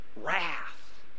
wrath